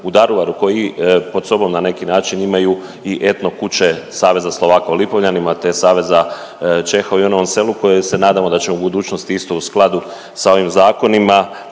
u Daruvaru koji pod sobom na neki način imaju i etno kuće Saveza Slovaka u Lipovljanima te Saveza Čeha u Ivanovom Selu koje se nadamo da ćemo u budućnosti isto u skladu s ovim zakonima